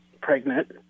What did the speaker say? pregnant